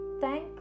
thank